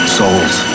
souls